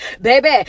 baby